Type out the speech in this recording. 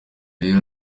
rero